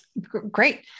Great